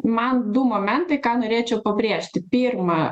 man du momentai ką norėčiau pabrėžti pirma